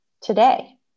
today